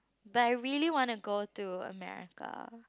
but I really want to go to America